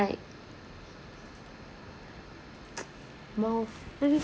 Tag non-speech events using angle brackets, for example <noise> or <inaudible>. like <noise> mouth this is